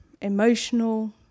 emotional